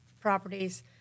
properties